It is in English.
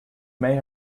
may